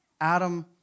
Adam